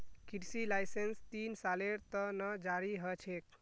कृषि लाइसेंस तीन सालेर त न जारी ह छेक